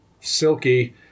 Silky